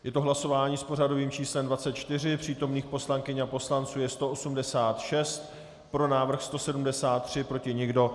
Je to hlasování s pořadovým číslem 24, přítomných poslankyň a poslanců je 186, pro návrh 173, proti nikdo.